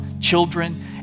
children